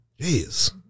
Jeez